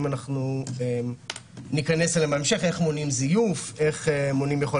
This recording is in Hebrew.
אם אנחנו ניכנס אליהם בהמשך כמו איך מונעים זיוף,